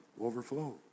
overflow